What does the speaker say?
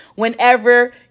Whenever